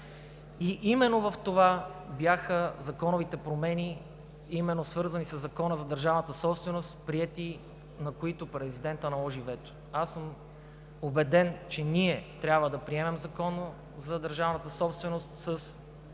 Именно в това бяха законовите промени, свързани със Закона за държавната собственост, приети, на които президентът наложи вето. Аз съм убеден, че ние трябва да приемем Закона за държавната собственост с